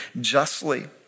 justly